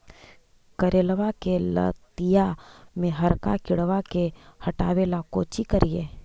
करेलबा के लतिया में हरका किड़बा के हटाबेला कोची करिए?